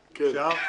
אפשר?